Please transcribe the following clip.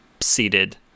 seated